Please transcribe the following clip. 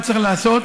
מה צריך לעשות.